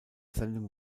sendung